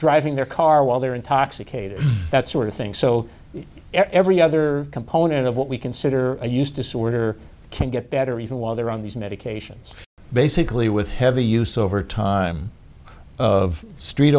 driving their car while they're intoxicated that sort of thing so every other component of what we consider a use disorder can get better even while they're on these medications basically with heavy use over time of street